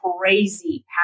crazy